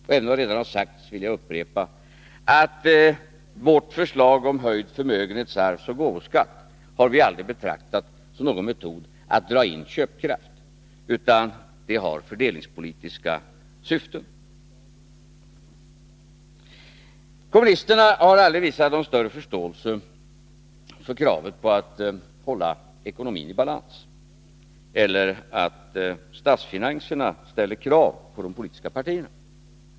Fast jag redan har sagt det vill jag upprepa att vi aldrig har betraktat vårt förslag om höjd förmögenhets-, arvsoch gåvoskatt som någon metod att dra in köpkraft, utan det förslaget har fördelningspolitiska syften. Kommunis terna har aldrig visat någon större förståelse för kravet på att hålla ekonomin i balans eller för att statsfinanserna ställer krav på de politiska partierna.